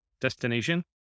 destination